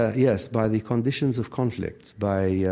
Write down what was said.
ah yes, by the conditions of conflict, by yeah